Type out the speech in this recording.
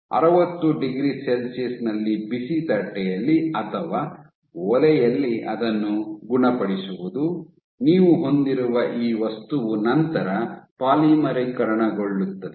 ಅರವತ್ತು degree Celsius ನಲ್ಲಿ ಬಿಸಿ ತಟ್ಟೆಯಲ್ಲಿ ಅಥವಾ ಒಲೆಯಲ್ಲಿ ಅದನ್ನು ಗುಣಪಡಿಸುವುದು ನೀವು ಹೊಂದಿರುವ ಈ ವಸ್ತುವು ನಂತರ ಪಾಲಿಮರೀಕರಣಗೊಳ್ಳುತ್ತದೆ